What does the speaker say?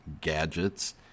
gadgets